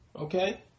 okay